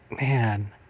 man